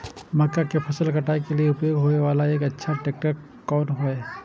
मक्का के फसल काटय के लिए उपयोग होय वाला एक अच्छा ट्रैक्टर कोन हय?